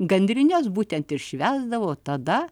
gandrines būtent ir švęsdavo tada